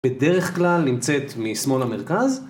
בדרך כלל נמצאת משמאל למרכז.